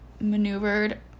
maneuvered